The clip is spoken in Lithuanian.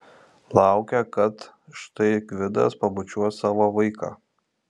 laukė kad štai gvidas pabučiuos savo vaiką